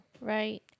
Right